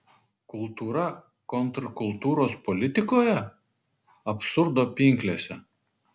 kultūra kontrkultūros politikoje absurdo pinklėse